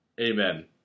Amen